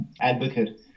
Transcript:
advocate